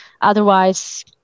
Otherwise